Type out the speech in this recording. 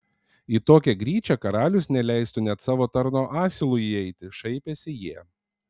į tokią gryčią karalius neleistų net savo tarno asilui įeiti šaipėsi jie